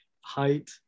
height